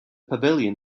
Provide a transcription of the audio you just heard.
pavilion